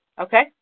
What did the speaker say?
Okay